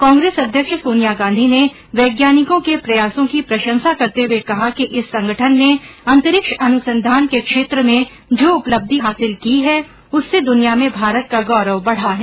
कांग्रेस अध्यक्ष सोनिया गांधी ने वैज्ञानिकों के प्रयासों की प्रशंसा करते हुए कहा कि इस संगठन ने अंतरिक्ष अनुसंधान के क्षेत्र में जो उपलब्धि हांसिल की है उससे दुनिया में भारत का गौरव बढ़ा है